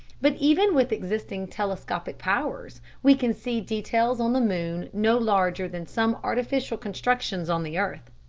but even with existing telescopic powers we can see details on the moon no larger than some artificial constructions on the earth.